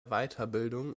weiterbildung